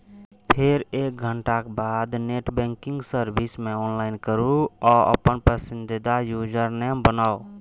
फेर एक घंटाक बाद नेट बैंकिंग सर्विस मे लॉगइन करू आ अपन पसंदीदा यूजरनेम बनाउ